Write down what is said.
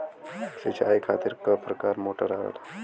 सिचाई खातीर क प्रकार मोटर आवेला?